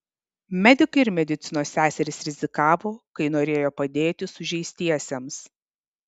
medikai ir medicinos seserys rizikavo kai norėjo padėti sužeistiesiems